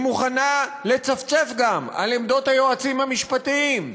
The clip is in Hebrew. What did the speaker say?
היא מוכנה לצפצף גם על עמדות היועצים המשפטיים,